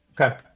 Okay